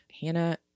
Hannah